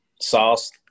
sauce